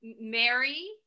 Mary